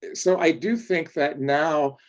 yeah so i do think that now,